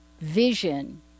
vision